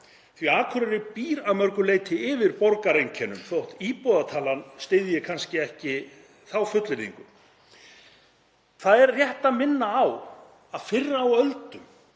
því að Akureyri býr að mörgu leyti yfir borgareinkennum þótt íbúatalan styðji kannski ekki þá fullyrðingu. Það er rétt að minna á að fyrr á öldum